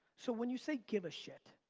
so when you say give a shit,